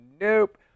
nope